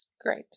Great